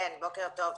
בוקר טוב.